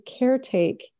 caretake